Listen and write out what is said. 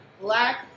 Black